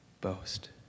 boast